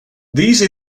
these